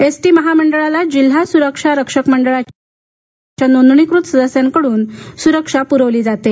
ST महामंडळाला जिल्हा सुरक्षा रक्षक मंडळाच्या नोदणीकृत सदस्यकडून सुरक्षा पुरविली जाते